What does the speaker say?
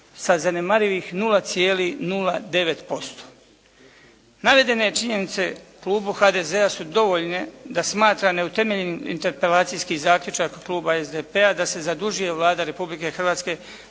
sa zanemarivih 0,09%. Navedene činjenice u Klubu HDZ-a su dovoljne da smatra neutemeljenim interpelacijski zaključak SPD-a da se zadužuje Vlada Republike Hrvatske